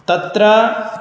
तत्र